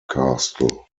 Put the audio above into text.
castle